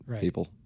people